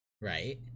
Right